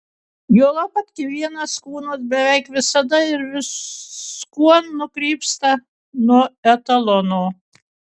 juolab kad kiekvienas kūnas beveik visada ir viskuo nukrypsta nuo etalono